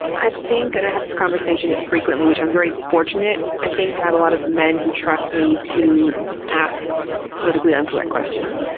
i've and had this conversation frequently, which i'm very fortunate, i think, to have a lot of men who trust me to ask politically incorrect questions.